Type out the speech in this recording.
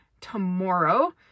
tomorrow